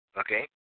okay